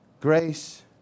Grace